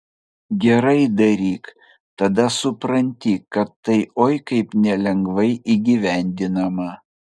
gerai daryk tada supranti kad tai oi kaip nelengvai įgyvendinama